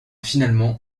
finalement